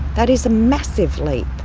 that is a massive leap.